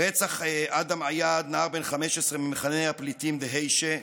רצח אדם עיאד, נער בן 15 ממחנה הפליטים דהיישה,